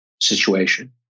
situation